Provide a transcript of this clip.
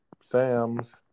Sam's